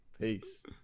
Peace